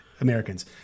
Americans